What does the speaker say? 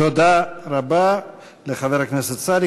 תודה רבה לחבר הכנסת סעדי.